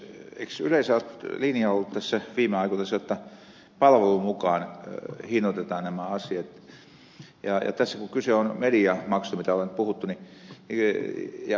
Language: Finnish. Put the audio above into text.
eikö yleensä ole linja ollut tässä viime aikoina se jotta palvelun mukaan hinnoitellaan nämä asiat ja tässä kyse on mediamaksusta mistä on puhuttu ja ylestä